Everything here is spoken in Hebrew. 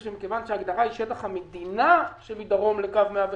שמכיוון שההגדרה היא "שטח המדינה שמדרום לקו 115"